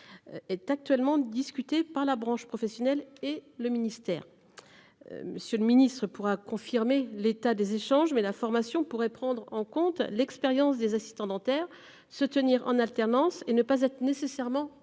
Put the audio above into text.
de discussions entre la branche professionnelle et le ministère. M. le ministre pourra confirmer l'état des échanges, mais la formation pourrait prendre en compte l'expérience des assistants dentaires, se dérouler en alternance et ne pas être nécessairement